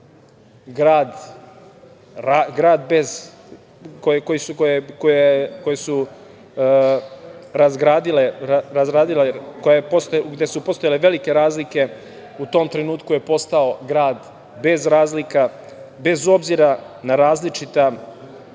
naroda. Banjaluka, eto, gde su postojale velike razlike, u tom trenutku je postao grad bez razlika, bez obzira na različita